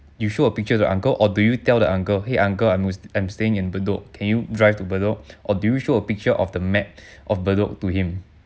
you show a picture to uncle or do you tell the uncle !hey! uncle I'm I am staying in bedok can you drive to bedok or do you show a picture of the map of bedok to him